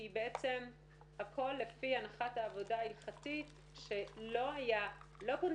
כי בעצם הכול לפי הנחת העבודה ההלכתית שלא פונדקאות,